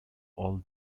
all